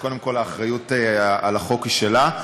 אז קודם כול, האחריות לחוק היא שלה.